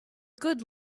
good